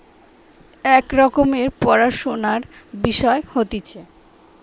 এক রকমের পড়াশুনার বিষয় হতিছে